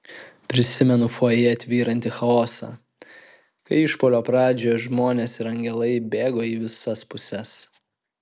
prisimenu fojė tvyrantį chaosą kai išpuolio pradžioje žmonės ir angelai bėgo į visas puses